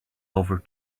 over